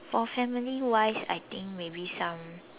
for family wise I think maybe some